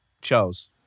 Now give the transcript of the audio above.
Charles